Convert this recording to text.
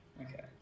Okay